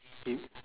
do